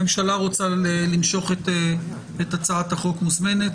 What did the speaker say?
הממשלה רוצה למשוך את הצעת החוק - מזומנת.